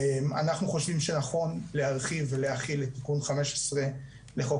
אנחנו חושבים שנכון להרחיב ולהכיל את תיקון 15 לחוק